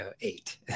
eight